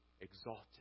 exalted